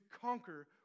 conquer